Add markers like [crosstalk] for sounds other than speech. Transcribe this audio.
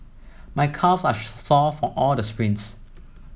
my calves are [unintelligible] sore from all the sprints